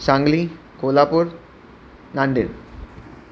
Sangli Kolhapur Nanded